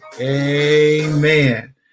amen